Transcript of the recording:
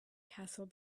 castle